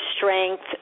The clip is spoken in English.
strength